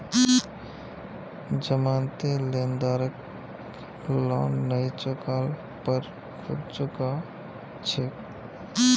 जमानती लेनदारक लोन नई चुका ल पर खुद चुका छेक